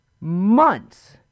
months